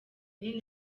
nini